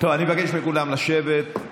אני מבקש מכולם לשבת.